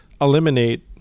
eliminate